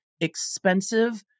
expensive